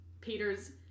Peter's